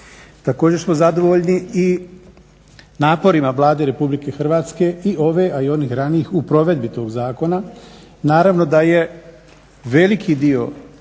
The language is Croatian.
Također smo zadovoljni i naporima Vlade RH i ove i onih ranijih u provedbi tog zakona. Naravno da je veliki dio